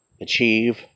achieve